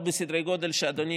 תודה לכולם.